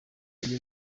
iyo